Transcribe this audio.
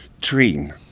train